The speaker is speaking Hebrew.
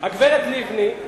הגברת לבני,